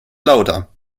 lauter